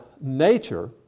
nature